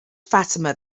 fatima